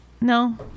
No